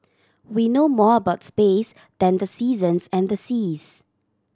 we know more about space than the seasons and the seas